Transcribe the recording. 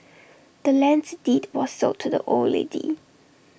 the land's deed was sold to the old lady